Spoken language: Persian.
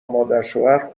مادرشوهر